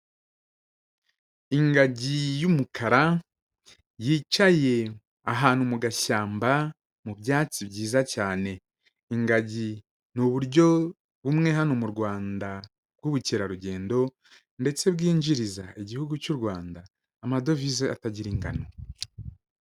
Ingagi y'umukara yicaye ahantu mu gashyamba mu byatsi byiza cyane, ingagi ni uburyo bumwe hano mu Rwanda bw'ubukerarugendo ndetse bwinjiriza igihugu cy'u Rwanda amadovize atagira ingano.